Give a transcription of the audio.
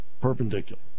perpendicular